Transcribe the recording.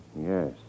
Yes